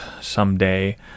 someday